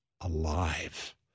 alive